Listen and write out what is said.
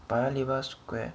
paya lebar square